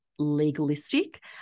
legalistic